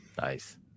Nice